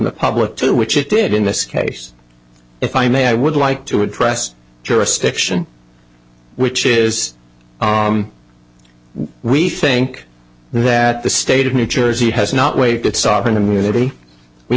the public too which it did in this case if i may i would like to address jurisdiction which is we think that the state of new jersey has not waived its sovereign immunity we